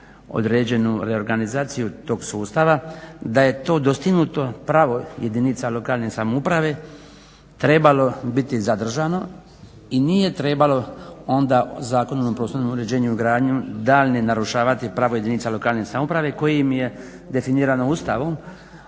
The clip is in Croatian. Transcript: određenu reorganizaciju tog sustava da je to dostignuto pravo jedinica lokalne samouprave trebalo biti zadržano i nije trebalo onda Zakonom o prostornom uređenju, gradnjom daljnje narušavati pravo jedinica lokalne samouprave koje im je definirano Ustavom